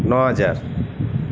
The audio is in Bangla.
ন হাজার